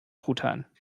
truthahn